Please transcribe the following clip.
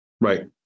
Right